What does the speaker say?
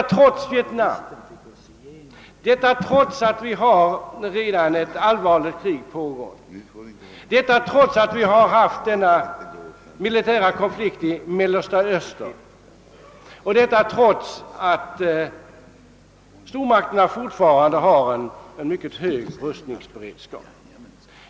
Detta trots att i Vietnam ett allvarligt krig redan pågår, detta trots att vi har haft den militära konflikten i Mellersta Östern och detta trots att stormakterna fortfarande upprätthåller en mycket hög rustningsberedskap.